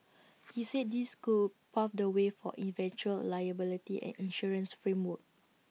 he said this could pave the way for eventual liability and insurance framework